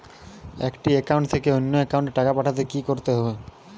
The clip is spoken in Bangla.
একটি একাউন্ট থেকে অন্য একাউন্টে টাকা পাঠাতে কি করতে হবে?